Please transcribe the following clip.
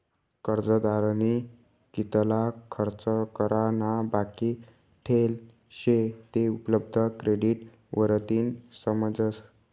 कर्जदारनी कितला खर्च करा ना बाकी ठेल शे ते उपलब्ध क्रेडिट वरतीन समजस